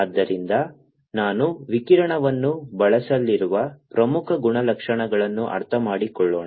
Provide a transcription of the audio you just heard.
ಆದ್ದರಿಂದ ನಾನು ವಿಕಿರಣವನ್ನು ಬಳಸಲಿರುವ ಪ್ರಮುಖ ಗುಣಲಕ್ಷಣಗಳನ್ನು ಅರ್ಥಮಾಡಿಕೊಳ್ಳೋಣ